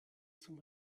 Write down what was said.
zum